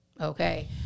Okay